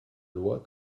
loi